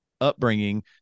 upbringing